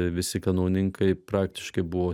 visi kanauninkai praktiškai buvo